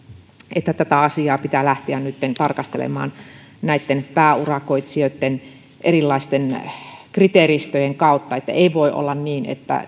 että tätä asiaa pitää lähteä nytten tarkastelemaan näitten pääurakoitsijoitten erilaisten kriteeristöjen kautta ei voi olla niin että